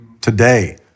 Today